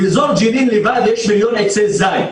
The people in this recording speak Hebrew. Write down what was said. באזור ג'נין לבד יש מיליון עצי זית,